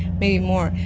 maybe more,